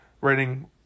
writing